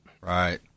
Right